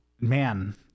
man